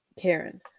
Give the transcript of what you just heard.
karen